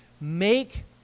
Make